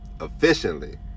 efficiently